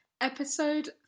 episode